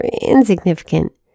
insignificant